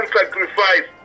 sacrifice